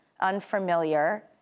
unfamiliar